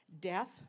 death